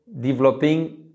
developing